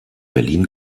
berlin